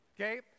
Okay